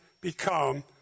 become